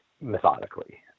methodically